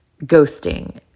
ghosting